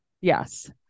yes